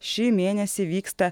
šį mėnesį vyksta